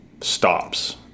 stops